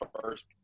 first